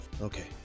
Okay